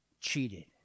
cheated